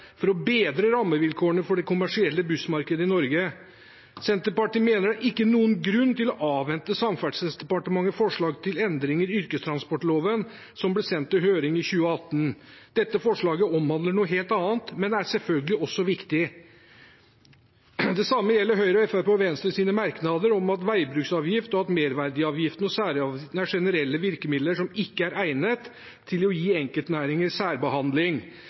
for å bedre rammevilkårene for det kommersielle bussmarkedet i Norge. Senterpartiet mener det ikke er noen grunn til å avvente Samferdselsdepartementets forslag til endringer i yrkestransportloven som ble sendt på høring i 2018. Dette forslaget omhandler noe helt annet, men er selvfølgelig også viktig. Det samme gjelder Høyre, Fremskrittspartiet og Venstres merknader om at veibruksavgift, merverdiavgift og særavgifter er generelle virkemidler som ikke er egnet til å gi enkeltnæringer særbehandling,